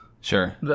Sure